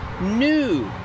new